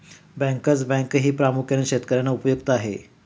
bankers बँकही प्रामुख्याने शेतकर्यांना उपयुक्त आहे